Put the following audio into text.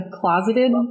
closeted